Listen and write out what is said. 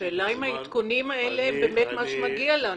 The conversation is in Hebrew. --- השאלה אם העדכונים האלה זה באמת מה שמגיע לנו.